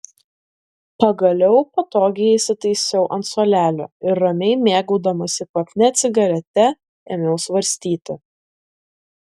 pagaliau patogiai įsitaisiau ant suolelio ir ramiai mėgaudamasi kvapnia cigarete ėmiau svarstyti